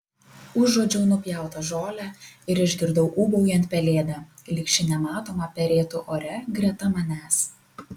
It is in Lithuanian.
užuodžiau nupjautą žolę ir išgirdau ūbaujant pelėdą lyg ši nematoma perėtų ore greta manęs